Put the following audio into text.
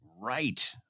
Right